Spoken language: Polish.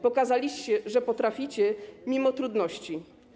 Pokazaliście, że potraficie mimo trudności.